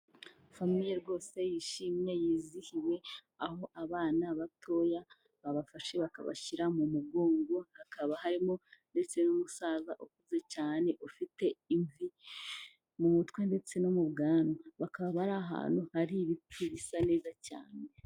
Famiye rwose yishimye, yizihiwe, aho abana batoya babafashe bakabashyira mu mugongo, hakaba harimo ndetse n'umusaza ukuze cyane, ufite imvi mu mutwe ndetse no mu bwanwa. Bakaba bari ahantu hari ibiti bisa neza cyane.